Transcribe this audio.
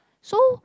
so